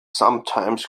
sometimes